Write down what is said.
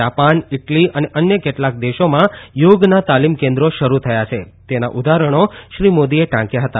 Japan Italy અને અન્ય કેટલાય દેશોમાં યોગના તાલીમ કેન્દ્રો શરૂ થયા છે તેના ઉદાહરણો શ્રી મોદીએ ટાંકયા હતા